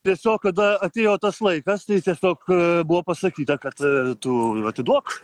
tiesiog kada atėjo tas laikas tai tiesiog buvo pasakyta kad tu atiduok